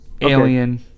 Alien